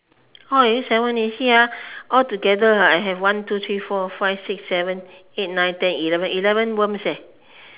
oh seven you see ah altogether ah I have one two three four five six seven eight nine ten eleven eleven worms eh